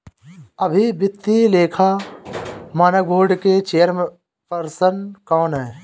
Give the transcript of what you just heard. अभी वित्तीय लेखा मानक बोर्ड के चेयरपर्सन कौन हैं?